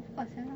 of course ah